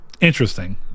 Interesting